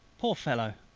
poor fellow!